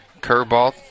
Curveball